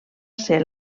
ser